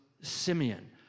Simeon